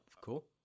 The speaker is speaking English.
cool